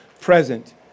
present